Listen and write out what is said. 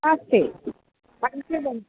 नास्ति पञ्चदिनम्